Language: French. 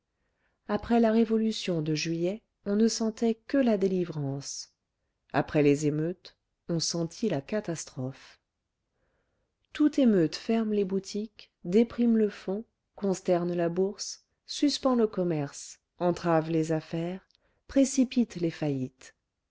après la révolution de juillet on ne sentait que la délivrance après les émeutes on sentit la catastrophe toute émeute ferme les boutiques déprime le fonds consterne la bourse suspend le commerce entrave les affaires précipite les faillites